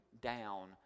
down